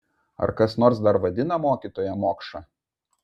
ar kas nors dar vadina mokytoją mokša